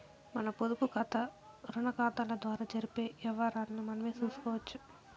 మన పొదుపుకాతా, రుణాకతాల ద్వారా జరిపే యవ్వారాల్ని మనమే సూసుకోవచ్చు